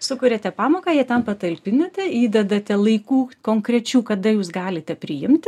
sukuriate pamoką ją ten patalpinate įdedate laikų konkrečių kada jūs galite priimti